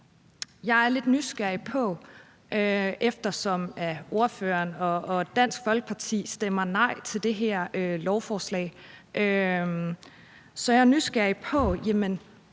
for talen. Eftersom ordføreren og Dansk Folkeparti stemmer nej til det her lovforslag, er jeg lidt nysgerrig på, hvad